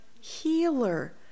healer